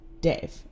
Dave